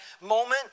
moment